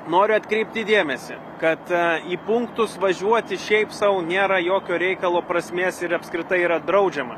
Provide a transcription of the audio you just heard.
noriu atkreipti dėmesį kad į punktus važiuoti šiaip sau nėra jokio reikalo prasmės ir apskritai yra draudžiama